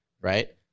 right